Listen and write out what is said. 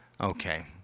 Okay